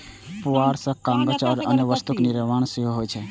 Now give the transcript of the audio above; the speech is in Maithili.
पुआर सं कागज आ अन्य वस्तुक निर्माण सेहो होइ छै